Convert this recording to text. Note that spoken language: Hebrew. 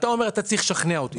אתה אומר: אתה צריך לשכנע אותי.